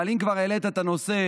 אבל אם כבר העלית את הנושא,